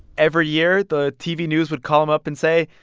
every year, the tv news would call him up and say,